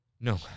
No